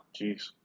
Jeez